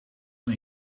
van